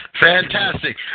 Fantastic